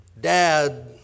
dad